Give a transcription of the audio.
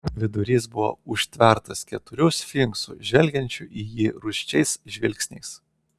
vidurys buvo užtvertas keturių sfinksų žvelgiančių į jį rūsčiais žvilgsniais